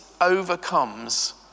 overcomes